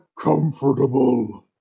comfortable